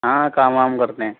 ہاں کام وام کرتے ہیں